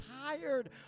tired